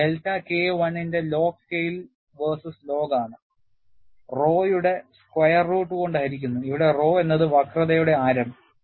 ഇത് delta K 1 ന്റെ log scale versus ലോഗാണ് rhoയുടെ സ്ക്വയർ റൂട്ട് കൊണ്ട് ഹരിക്കുന്നു ഇവിടെ rho എന്നത് വക്രതയുടെ ആരം